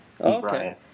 Okay